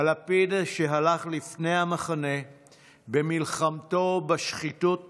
הלפיד שהלך לפני המחנה במלחמתו בשחיתות